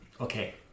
Okay